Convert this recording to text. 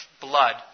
blood